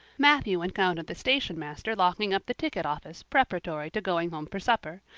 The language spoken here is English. matthew encountered the stationmaster locking up the ticket office preparatory to going home for supper,